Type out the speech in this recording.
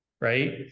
right